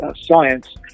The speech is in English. Science